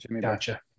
Gotcha